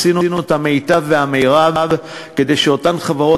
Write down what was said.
עשינו את המיטב והמרב כדי שאותן חברות